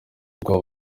ubwo